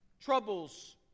Troubles